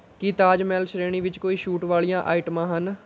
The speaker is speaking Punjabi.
ਕੀ ਤਾਜ ਮਹਿਲ ਸ਼੍ਰੇਣੀ ਵਿੱਚ ਕੋਈ ਛੂਟ ਵਾਲ਼ੀਆਂ ਆਈਟਮਾਂ ਹਨ